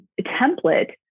template